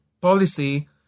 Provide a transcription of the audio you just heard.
policy